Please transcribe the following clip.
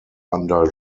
under